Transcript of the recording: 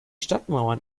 stadtmauern